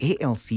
ALC